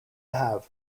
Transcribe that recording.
have